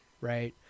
Right